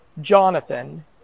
Jonathan